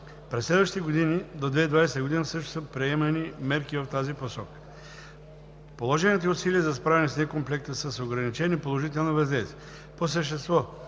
През следващите години до 2020 г. също са приемани мерки в тази посока. Положените усилия за справяне с некомплекта са с ограничени положителни въздействия.